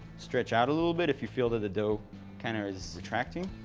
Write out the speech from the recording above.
stretch out a little bit if you feel that the dough can or is retracting.